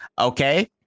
Okay